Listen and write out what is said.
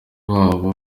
wabo